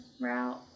route